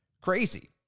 Crazy